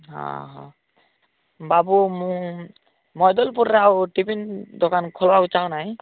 ହଁ ହଁ ବାବୁ ମୁଁ ମଦଲପୁରରେ ଆଉ ଗୋଟେ ଟିଫିନ୍ ଦୋକାନ ଖୋଲିବାକୁ ଚାହୁନାହିଁ